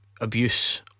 abuse